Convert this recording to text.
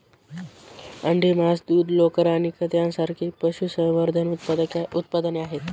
अंडी, मांस, दूध, लोकर आणि खत यांसारखी पशुसंवर्धन उत्पादने आहेत